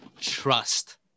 trust